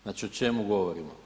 Znači o čemu govorimo?